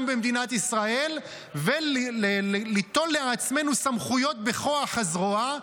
במדינת ישראל וליטול לעצמנו סמכויות בכוח הזרוע,